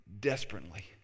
desperately